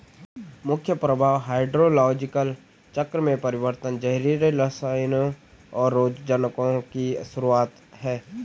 मुख्य प्रभाव हाइड्रोलॉजिकल चक्र में परिवर्तन, जहरीले रसायनों, और रोगजनकों की शुरूआत हैं